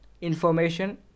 information